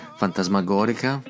fantasmagorica